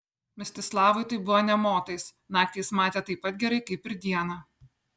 mstislavui tai buvo nė motais naktį jis matė taip pat gerai kaip ir dieną